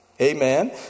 amen